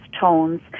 tones